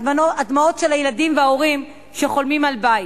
הדמעות של הילדים וההורים שחולמים על בית,